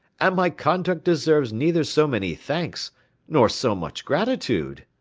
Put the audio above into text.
and my conduct deserves neither so many thanks nor so much gratitude.